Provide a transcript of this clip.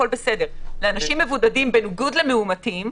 לאנשים מבודדים בניגוד למאומתים,